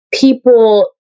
people